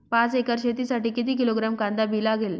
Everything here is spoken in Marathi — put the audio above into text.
पाच एकर शेतासाठी किती किलोग्रॅम कांदा बी लागेल?